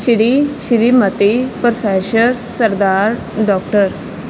Shri Shrimati professor Sardar doctor